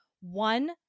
one